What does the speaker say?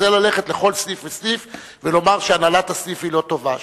זה ללכת לכל סניף וסניף ולומר שהנהלת הסניף היא לא טובה.